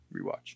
rewatch